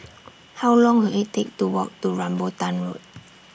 How Long Will IT Take to Walk to Rambutan Road